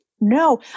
no